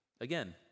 again